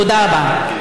תודה רבה.